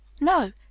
No